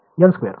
n2 बरोबर